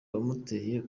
wamuteye